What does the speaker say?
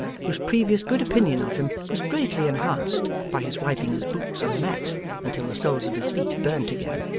whose previous good opinion of him was greatly enhanced by his wiping his boots on the mat until the soles of his feet burnt again.